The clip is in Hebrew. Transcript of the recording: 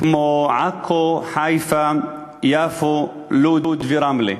כמו עכו, חיפה, יפו, לוד ורמלה,